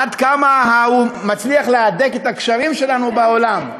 עד כמה הוא מצליח להדק את הקשרים שלנו בעולם.